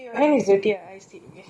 can you feel how dry is it